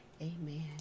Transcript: Amen